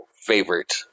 favorite